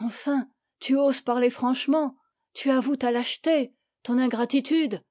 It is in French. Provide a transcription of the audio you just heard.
enfin tu oses parler franchement tu avoues ta lâcheté ton ingratitude